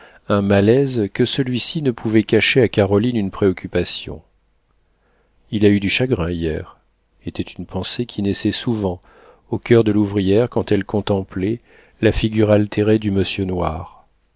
un malaise que celui-ci ne pouvait cacher à caroline une préoccupation il a eu du chagrin hier était une pensée qui naissait souvent au coeur de l'ouvrière quand elle contemplait la figure altérée du monsieur noir